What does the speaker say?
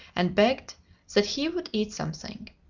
and begged that he would eat something.